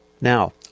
Now